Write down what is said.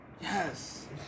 Yes